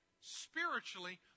spiritually